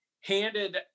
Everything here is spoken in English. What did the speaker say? handed